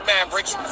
Mavericks